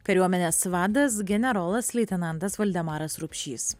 kariuomenės vadas generolas leitenantas valdemaras rupšys